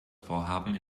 vorhaben